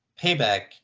Payback